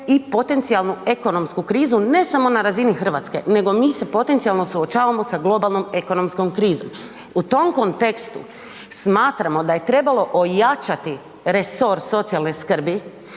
i potencijalnu ekonomsku krizu, ne samo na razini Hrvatske nego mi se potencijalno suočavamo sa globalnom ekonomskom krizom. U tom kontekstu smatramo da je trebalo ojačati resor socijalne skrbi